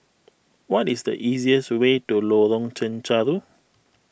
what is the easiest way to Lorong Chencharu